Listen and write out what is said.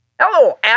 hello